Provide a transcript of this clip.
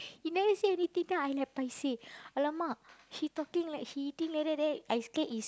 he never say anything then I like paiseh !alamak! he talking like he eating like that then I scared is